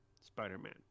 Spider-Man